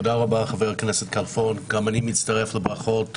תודה רבה חבר הכנסת כלפון, גם אני מצטרף לברכות.